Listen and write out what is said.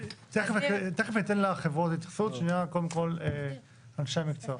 אני אתן לחברות התייחסות, קודם כל אנשי המקצוע.